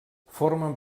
formen